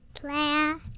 Claire